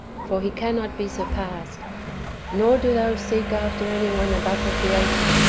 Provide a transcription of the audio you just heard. for he cannot be surpassed nor do thou seek after any one above the creator,